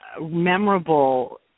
memorable